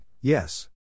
yes